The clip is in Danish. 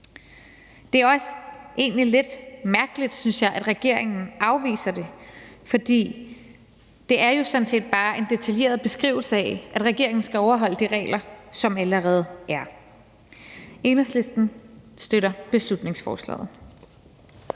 Det er egentlig også lidt mærkeligt, synes jeg, at regeringen afviser det, for det er jo sådan set bare en detaljeret beskrivelse af, at regeringen skal overholde de regler, som allerede gælder. Enhedslisten støtter beslutningsforslaget.